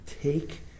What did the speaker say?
take